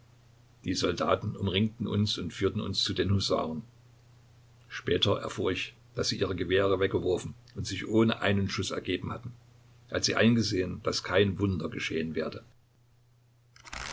die soldaten umringten uns und führten uns zu den husaren später erfuhr ich daß sie ihre gewehre weggeworfen und sich ohne einen schuß ergeben hatten als sie eingesehen daß kein wunder geschehen werde